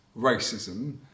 racism